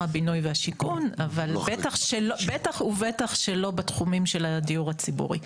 הבינוי והשיכון אבל בטח ובטח שלא בתחומים של הדיור הציבורי.